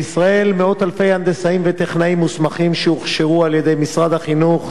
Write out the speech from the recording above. בישראל מאות אלפי הנדסאים וטכנאים מוסמכים שהוכשרו על-ידי משרד החינוך,